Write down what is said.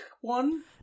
one